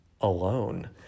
alone